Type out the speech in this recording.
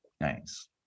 Nice